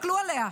תסתכלו עליה.